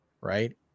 right